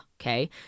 okay